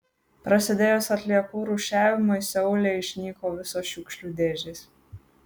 prasidėjus atliekų rūšiavimui seule išnyko visos šiukšlių dėžės